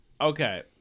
okay